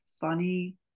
funny